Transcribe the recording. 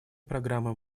программы